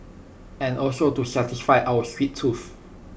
and also to satisfy our sweet tooth